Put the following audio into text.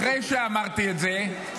אחרי שאמרתי את זה,